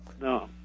No